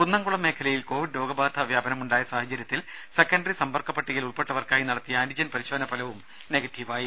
കുന്നംകുളം മേഖലയിൽ കോവിഡ് രോഗബാധാ വ്യാപനമുണ്ടായ സാഹചര്യത്തിൽ സെക്കൻഡറി സമ്പർക്കപ്പട്ടികയിൽ ഉൾപ്പെട്ടവർക്കായി നടത്തിയ ആന്റിജൻ പരിശോധനാഫലവും നെഗറ്റീവായി